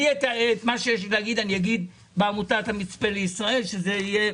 את מה שיש לי להגיד אומר בנושא השלישי של הדיון.